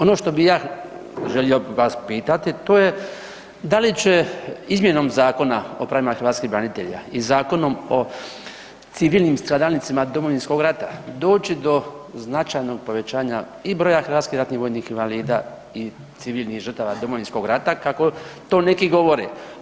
Ono što bih ja želio vas pitati, to je da li će izmjenom Zakona o pravima hrvatskih branitelja i Zakonom o civilnim stradalnicima Domovinskog rata doći do značajnog povećanja i broja hrvatskih ratnih vojnih invalida i civilnih žrtava Domovinskog rata kako to neki govore.